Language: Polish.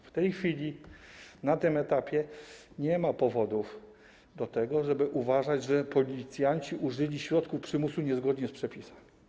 W tej chwili, na tym etapie nie ma powodów do tego, żeby uważać, że policjanci użyli środków przymusu niezgodnie z przepisami.